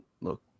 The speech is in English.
look